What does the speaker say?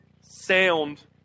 sound